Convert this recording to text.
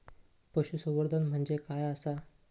पशुसंवर्धन म्हणजे काय आसा?